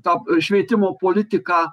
tą švietimo politiką